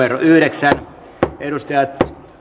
yhdeksän edustajat